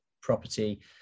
property